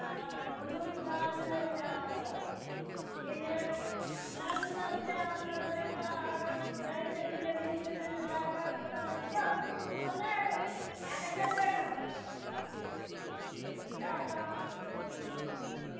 नहि कोनो सुधार नहि होइ छै अहाँके ई जे मैम सभ छै अहाँके जाइ छै डिलेवरी पेसेन्ट लय कऽ तऽ कहलक जो एखन नहि हेतौ लयके चलि जो अहिठामसँ तऽ इएह तऽ अहाँके